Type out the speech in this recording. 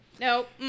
Nope